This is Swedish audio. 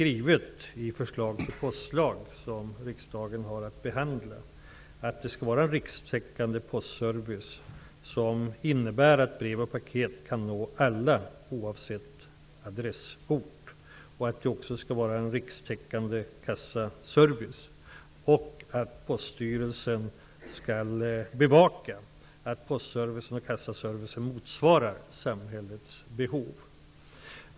I förslaget till postlag, som riksdagen har att behandla, står det skrivet att postservicen skall vara rikstäckande och innebära att alla människor, oavsett adressort, kan nås av brev och paket. Det står också att kassaservicen skall vara rikstäckande och att Poststyrelsen skall bevaka att post och kassaservicen motsvarar samhällets behov.